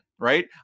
Right